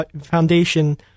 foundation